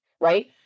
Right